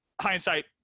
hindsight